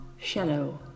shallow